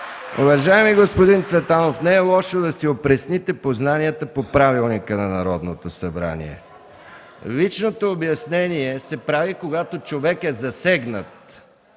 Уважаеми господин Цветанов, не е лошо да си опресните познанията по правилника на Народното събрание. Личното обяснение се прави, когато човек е засегнат.